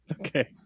Okay